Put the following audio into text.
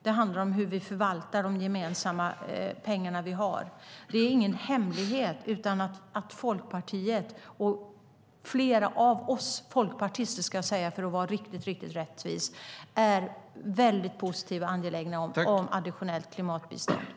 Det handlar om hur vi förvaltar de gemensamma pengar vi har. Det är ingen hemlighet att Folkpartiet och flera av oss folkpartister ska jag säga för att vara riktigt, riktigt rättvis är väldigt positiva till och angelägna om additionellt klimatbistånd.